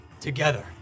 together